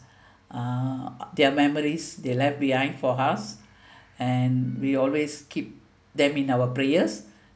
uh their memories they left behind for us and we always keep them in our prayers